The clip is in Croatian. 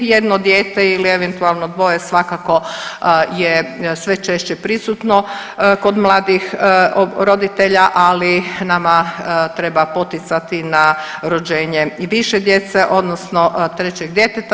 Jedno dijete ili eventualno dvoje svakako je sve češće prisutno kod mladih roditelja, ali nama treba poticati na rođenje i više djece odnosno trećeg djeteta.